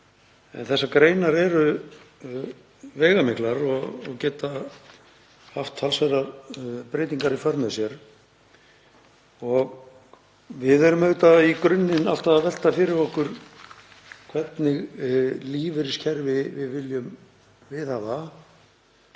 en þær eru veigamiklar og geta haft talsverðar breytingar í för með sér. Við erum auðvitað í grunninn alltaf að velta fyrir okkur hvernig lífeyriskerfi við viljum hafa.